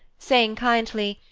saying kindly,